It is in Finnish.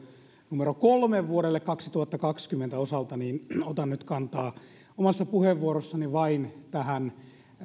numero kolmelle vuodelle kaksituhattakaksikymmentä osalta otan nyt kantaa omassa puheenvuorossani vain tähän